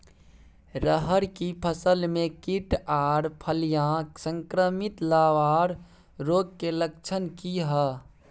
रहर की फसल मे कीट आर फलियां संक्रमित लार्वा रोग के लक्षण की हय?